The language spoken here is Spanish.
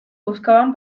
buscaban